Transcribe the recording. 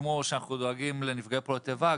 שכמו שאנחנו דואגים לנפגעי פעולות איבה,